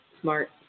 smart